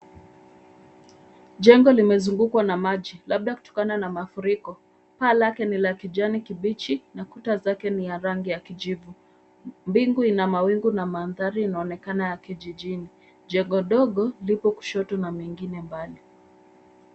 Jengo limezugukwa na maji, labda kutokana na mafuriko, paa lake ni la kijani kibichi na kuta zake ni ya rangi ya kijivu. Bingu ina mawingu na mandhari inaonekana ya kijijini, jengo ndogo liko kushoto na mengine mbali.